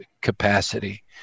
capacity